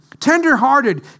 tenderhearted